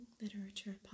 Literature